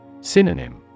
Synonym